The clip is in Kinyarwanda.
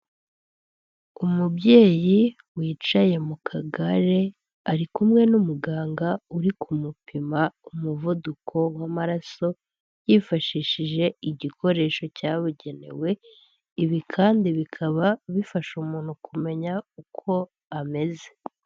Umubyeyi wicaye mu kagare ari kumwe n'umuganga uri kumupima umuvuduko w'amaraso yifashishije igikoresho cyabugenewe. Ibi kandi bikaba bifasha umuntu kumenya uko ameze.